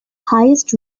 highest